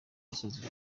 musozi